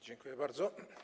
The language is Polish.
Dziękuję bardzo.